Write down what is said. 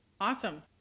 Awesome